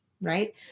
right